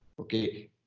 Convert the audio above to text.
Okay